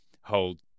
hold